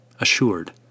assured